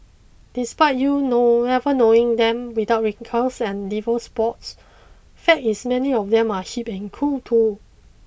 despite you know never knowing them without wrinkles and liver spots fact is many of them are hip and cool too